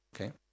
Okay